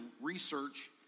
research